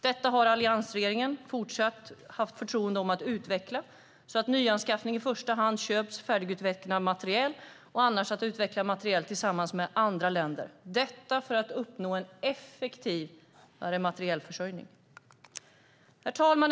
Detta har alliansregeringen haft för avsikt att utveckla, så att det vid nyanskaffning i första hand köps färdigutvecklad materiel och att man annars ska utveckla materiel tillsammans med andra länder för att uppnå en effektiv materielförsörjning. Herr talman!